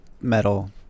metal